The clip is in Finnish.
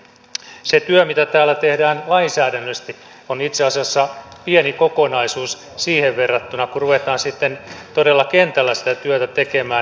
se työ mitä täällä tehdään lainsäädännöllisesti on itse asiassa pieni kokonaisuus verrattuna siihen kun ruvetaan sitten todella kentällä sitä työtä tekemään